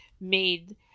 made